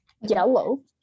Yellow